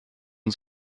uns